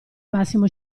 massimo